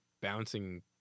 bouncing